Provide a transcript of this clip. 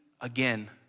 again